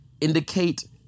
indicate